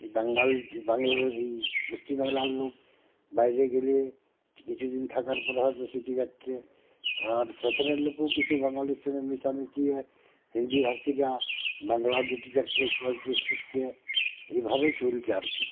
এই বাঙাল যে বাংলায় এই পশ্চিমবাংলার লোক বাইরে গেলে কিছু দিন থাকার পরে হয়তো শিখে যাচ্ছে আর সেখানের লোকও কিছু বাঙালির সঙ্গে মিশে মিশিয়ে হিন্দি ভাষীরা বাংলা যে দু চারটে একটু আধটু শিখছে এভাবে চলছে আর কী